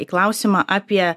į klausimą apie